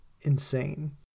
insane